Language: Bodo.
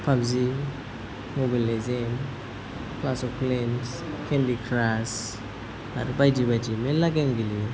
PUBG mobile legend clash of clans candy crush आरो बायदि बायदि मेरला गेम गेलेयो